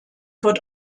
wird